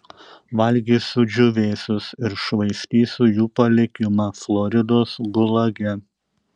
valgysiu džiūvėsius ir švaistysiu jų palikimą floridos gulage